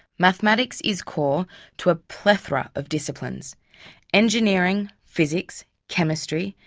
mathematics is core to a plethora of disciplines engineering, physics chemistry,